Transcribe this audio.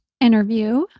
interview